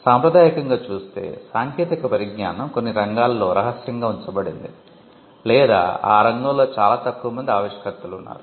సాంప్రదాయకంగా చూస్తే సాంకేతిక పరిజ్ఞానం కొన్ని రంగాలలో రహస్యంగా ఉంచబడింది లేదా ఆ రంగంలో చాలా తక్కువ మంది ఆవిష్కర్తలు ఉన్నారు